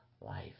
life